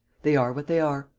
they are what they are.